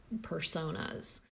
personas